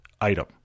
item